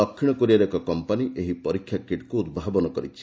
ଦକ୍ଷିଣ କୋରିଆର ଏକ କମ୍ପାନୀ ଏହି ପରୀକ୍ଷା କିଟ୍କୁ ଉଦ୍ଭାବନ କରିଛି